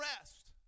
rest